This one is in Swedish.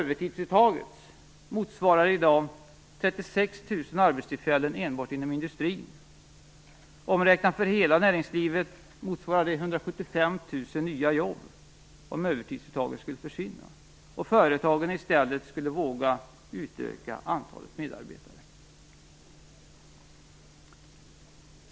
Övertidsuttaget motsvarar i dag 36 000 arbetstillfällen enbart inom industrin. Omräknat för hela näringslivet motsvarar det 175 000 nya jobb om övertidsuttaget skulle försvinna och företagen i stället skulle våga utöka antalet medarbetare.